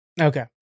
Okay